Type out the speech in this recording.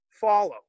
follow